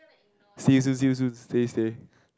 see you soon see you soon stay stay